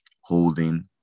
holding